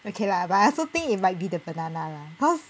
okay lah but I also think it might be the banana lah cause